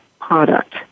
product